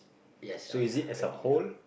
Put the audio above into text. yes I I